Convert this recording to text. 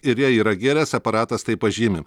ir jei yra gėręs aparatas tai pažymi